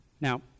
Now